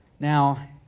Now